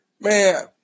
man